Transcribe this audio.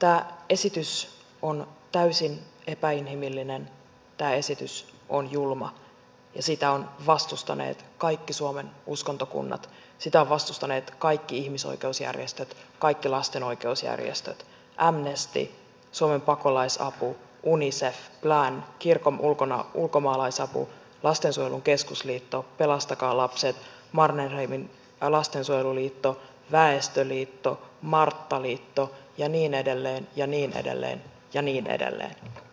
tämä esitys on täysin epäinhimillinen tämä esitys on julma ja sitä ovat vastustaneet kaikki suomen uskontokunnat sitä ovat vastustaneet kaikki ihmisoikeusjärjestöt kaikki lastenoikeusjärjestöt amnesty suomen pakolaisapu unicef plan kirkon ulkomaanapu lastensuojelun keskusliitto pelastakaa lapset mannerheimin lastensuojeluliitto väestöliitto marttaliitto ja niin edelleen ja niin edelleen ja niin edelleen